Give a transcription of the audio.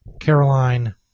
Caroline